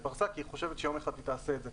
היא פרסה כי היא חושבת שיום אחד היא תעשה את זה.